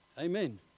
amen